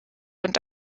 und